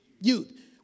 youth